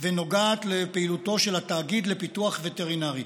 ונוגעת לפעילותו של התאגיד לפיקוח וטרינרי.